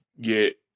get